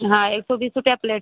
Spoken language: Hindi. हाँ एक सौ बीस रुपया प्लेट